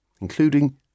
including